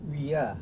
we ah